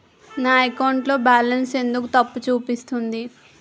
నా అకౌంట్ లో బాలన్స్ ఎందుకు తప్పు చూపిస్తుంది?